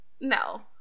No